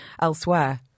elsewhere